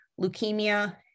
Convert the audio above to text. leukemia